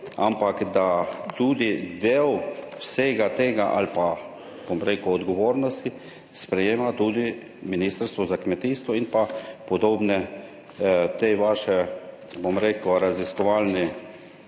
ampak da tudi del vsega tega ali pa, bom rekel, odgovornosti sprejema tudi Ministrstvo za kmetijstvo in pa podobne te vaše, bom rekel, raziskovalni